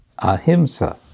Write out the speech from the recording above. ahimsa